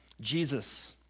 Jesus